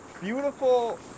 beautiful